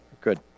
Good